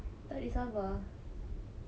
tak boleh sabar